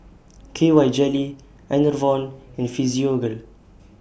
K Y Jelly Enervon and Physiogel